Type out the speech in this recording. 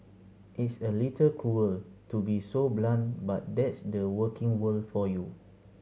it's a little cruel to be so blunt but that's the working world for you